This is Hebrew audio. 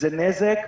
זה נזק.